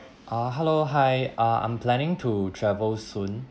uh hello hi uh I'm planning to travel soon